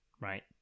Right